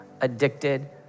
addicted